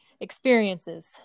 experiences